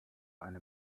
eine